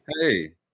Hey